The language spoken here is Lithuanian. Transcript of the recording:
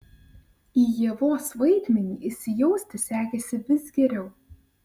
į ievos vaidmenį įsijausti sekėsi vis geriau